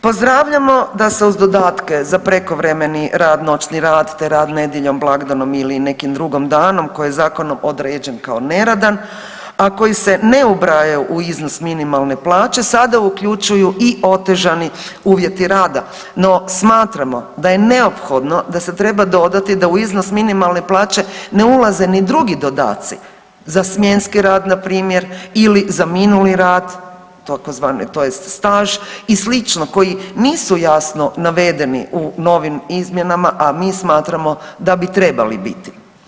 Pozdravljamo da se uz dodatke za prekovremeni rad, noćni rad te rad nedjeljom, blagdanom ili nekim drugim danom, koje je zakonom određen kao neradan, a koji se ne ubrajaju u iznos minimalne plaće, sada uključuju i otežani uvjeti rada, no smatramo da je neophodno da se treba dodati da u iznos minimalne plaće ne ulaze ni drugi dodaci za smjenski rad, npr. ili na minuli rat, tzv. tj. staž i slično, koji nisu jasno navedeni u novim izmjenama, a mi smatramo da bi trebali biti.